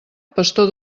pastor